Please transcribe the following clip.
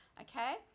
okay